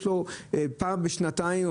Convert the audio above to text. יש לו פעם בשנתיים,